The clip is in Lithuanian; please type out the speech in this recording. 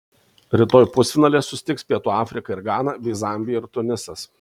rytoj pusfinalyje susitiks pietų afrika ir gana bei zambija ir tunisas